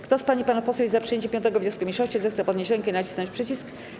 Kto z pań i panów posłów jest za przyjęciem 5. wniosku mniejszości, zechce podnieść rękę i nacisnąć przycisk.